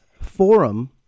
forum